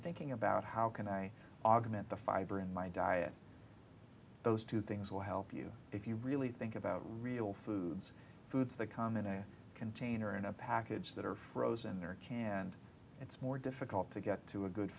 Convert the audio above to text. thinking about how can i augment the fiber in my diet those two things will help you if you really think about real foods foods that come in a container in a package that are frozen or canned it's more difficult to get to a good